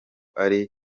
ari